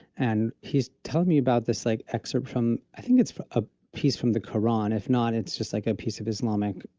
and he's telling me about this like excerpt from i think it's a piece from the quran. if not, it's just like a piece of islamic,